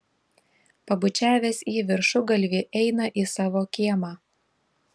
pabučiavęs į viršugalvį eina į savo kiemą